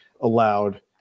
allowed